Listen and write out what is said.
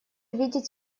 видеть